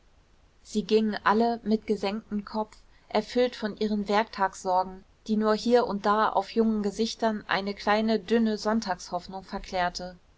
sie gingen alle mit gesenktem kopf erfüllt von ihren werktagssorgen die nur hier und da auf jungen gesichtern eine kleine dünne sonntagshoffnung verklärte